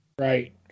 Right